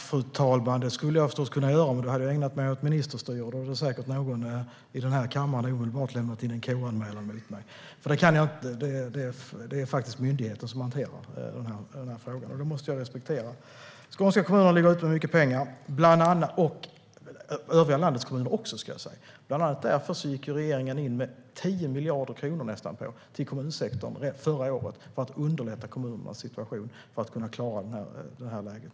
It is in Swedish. Fru talman! Det skulle jag förstås kunna göra, men då skulle jag ägna mig åt ministerstyre. Då skulle säkert någon i kammaren omedelbart lämnat in en KU-anmälan mot mig. Detta kan jag alltså inte göra. Det är faktiskt myndigheten som hanterar den frågan. Det måste jag respektera. Skånska kommuner och andra kommuner i landet ligger ute med mycket pengar. Bland annat därför gick regeringen in med nästan 10 miljarder kronor till kommunsektorn förra året för att underlätta kommunernas situation och för att kunna klara det här läget.